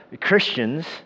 Christians